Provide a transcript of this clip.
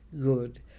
good